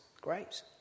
Great